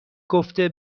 گفته